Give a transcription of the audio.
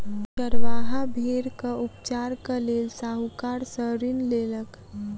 चरवाहा भेड़क उपचारक लेल साहूकार सॅ ऋण लेलक